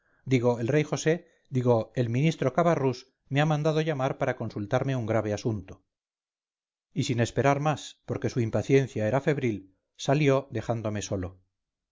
digo el rey josé digo el ministro cabarrús me ha mandado llamar para consultarme un grave asunto y sin esperar más porque su impaciencia era febril salió dejándome solo